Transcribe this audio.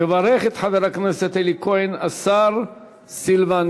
יברך את חבר הכנסת אלי כהן השר סילבן